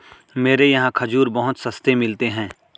मेरे यहाँ खजूर बहुत सस्ते मिलते हैं